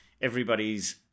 everybody's